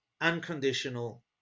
unconditional